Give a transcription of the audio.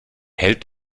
hält